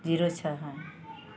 zero छः है